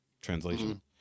translation